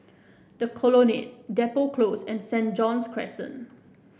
The Colonnade Depot Close and Saint John's Crescent